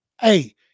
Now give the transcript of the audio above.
Hey